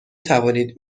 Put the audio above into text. توانید